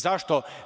Zašto?